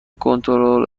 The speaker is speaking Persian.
کنترل